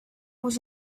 was